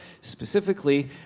specifically